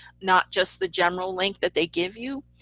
not just the general link that they give you.